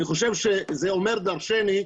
אני חושב שזה אומר דרשני.